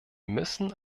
müssen